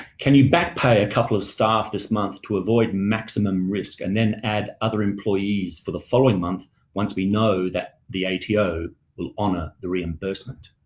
can you back pay a couple of staff this month to avoid maximum risk and then add other employees for the following month once we know that the ato will honor the reimbursement?